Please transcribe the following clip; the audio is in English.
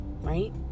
right